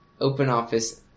OpenOffice